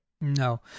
No